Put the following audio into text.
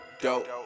dope